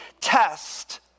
test